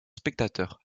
spectateurs